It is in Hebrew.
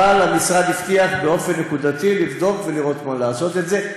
אבל המשרד הבטיח באופן נקודתי לבדוק ולראות מה לעשות עם זה,